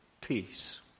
peace